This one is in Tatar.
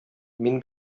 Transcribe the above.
мин